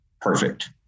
Perfect